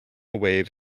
wave